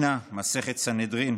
במסכת סנהדרין